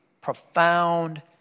profound